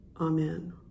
Amen